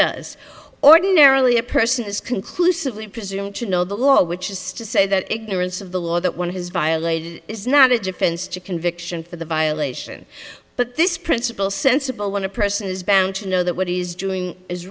does ordinarily a person is conclusively presumed to know the law which is to say that ignorance of the law that one has violated is not a defense to conviction for the violation but this principle sensible when a person is bound to know that what he is doing is